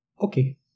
Okay